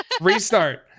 Restart